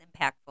impactful